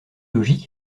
logique